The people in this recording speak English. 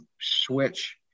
switch